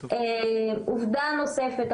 עובדה נוספת.